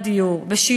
2011,